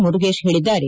ಮುರುಗೇಶ್ ಹೇಳಿದ್ದಾರೆ